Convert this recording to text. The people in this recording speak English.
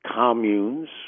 communes